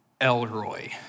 Elroy